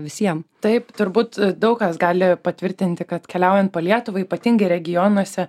visiem taip turbūt daug kas gali patvirtinti kad keliaujant po lietuvą ypatingai regionuose